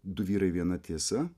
du vyrai viena tiesa